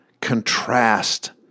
contrast